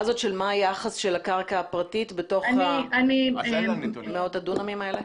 מה היחס של קרקע פרטית בתוך אלפי הדונמים האלה?